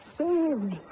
saved